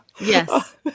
Yes